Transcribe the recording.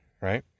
right